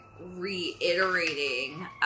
reiterating